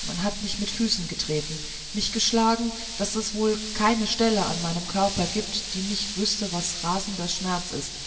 man hat mich mit füßen getreten mich geschlagen daß es wohl keine stelle an meinem körper gibt die nicht wüßte was rasender schmerz ist